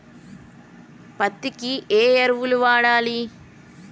పత్తి కి ఏ ఎరువులు వాడాలి?